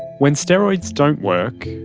when steroids don't work,